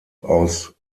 aus